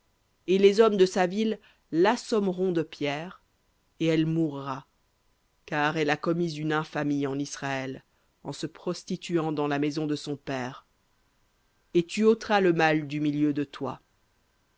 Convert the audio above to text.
et les hommes de sa ville l'assommeront de pierres et elle mourra car elle a commis une infamie en israël en se prostituant dans la maison de son père et tu ôteras le mal du milieu de toi